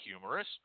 humorous